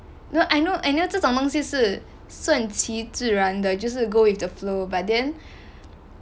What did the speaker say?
no I know I know 这种东西是顺其自然的就是 go with the flow but then